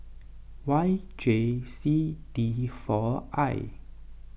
Y J C D four I